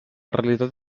realitat